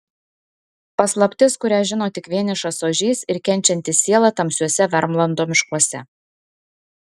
paslaptis kurią žino tik vienišas ožys ir kenčianti siela tamsiuose vermlando miškuose